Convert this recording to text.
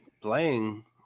playing